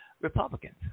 Republicans